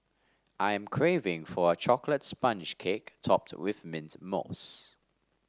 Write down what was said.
I am craving for a chocolate sponge cake topped with mint mousse